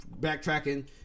backtracking